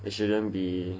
it shouldn't be